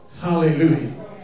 Hallelujah